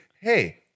hey